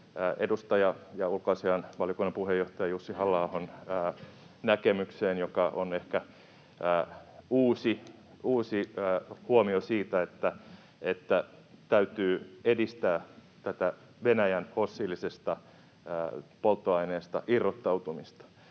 edustaja ja ulkoasiainvaliokunnan puheenjohtaja Jussi Halla-ahon näkemykseen, joka on ehkä uusi huomio siitä, että täytyy edistää tätä Venäjän fossiilisesta polttoaineesta irrottautumista.